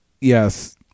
yes